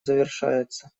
завершается